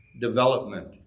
development